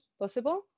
possible